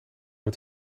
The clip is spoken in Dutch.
het